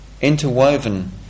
interwoven